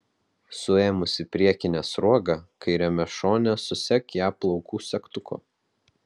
suėmusi priekinę sruogą kairiame šone susek ją plaukų segtuku